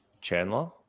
Chandler